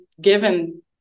given